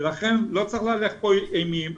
לכן לא צריך להלך פה אימים,